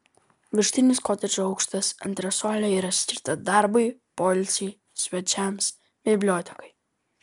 viršutinis kotedžo aukštas antresolė yra skirta darbui poilsiui svečiams bibliotekai